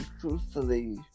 truthfully